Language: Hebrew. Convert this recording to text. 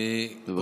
בבקשה.